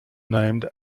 named